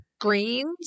Greens